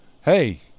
hey